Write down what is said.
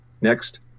Next